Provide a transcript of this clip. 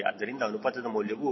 ಆದ್ದರಿಂದ ಅನುಪಾತದ ಮೌಲ್ಯವು W7W60